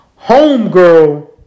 homegirl